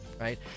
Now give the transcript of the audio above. right